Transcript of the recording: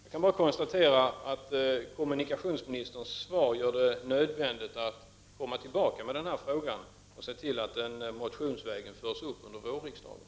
Jag kan bara konstatera att kommunikationsministerns svar gör det nödvändigt för mig att återkomma till denna fråga motionsvägen under vårriksdagen.